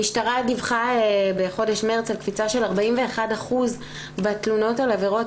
המשטרה דיווחה בחודש מרץ על קפיצה של 41% בתלונות על עבירות